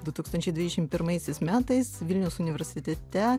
du tūkstančiai dvidešim pirmaisiais metais vilniaus universitete